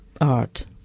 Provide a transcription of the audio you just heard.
art